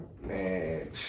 man